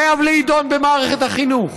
חייב להידון במערכת החינוך,